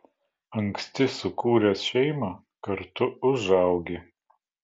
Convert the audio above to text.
anksti sukūręs šeimą kartu užaugi